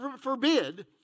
forbid